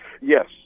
Yes